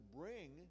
bring